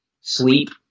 Sleep